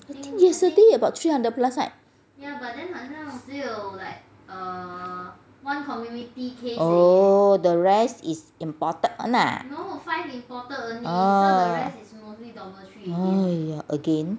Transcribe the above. but yesterday about three hundred plus right oh the rest is imported [one] ah oh oh ya again